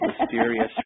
mysterious